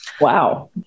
Wow